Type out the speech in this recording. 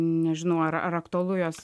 nežinau ar ar aktualu juos